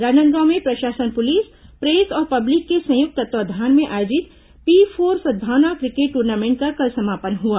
राजनांदगांव में प्रशासन police press और पब्लिक के संयुक्त तत्वावधान में आयोजित पी फोर सद्भावना क्रिकेट दूर्नामेंट का कल समापन हुआ